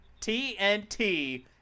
TNT